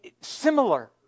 Similar